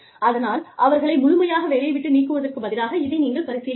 அதனால் அவர்களை முழுமையாக வேலையை விட்டு நீக்குவதற்குப் பதிலாக இதை நீங்கள் பரிசீலிக்கலாம்